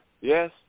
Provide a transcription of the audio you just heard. yes